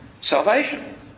Salvation